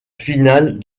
finale